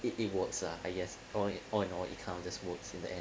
it it works are I guess or all in all it count the votes in the air